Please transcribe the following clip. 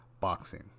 boxing